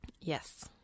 Yes